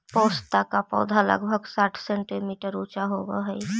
पोस्ता का पौधा लगभग साठ सेंटीमीटर ऊंचा होवअ हई